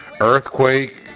Earthquake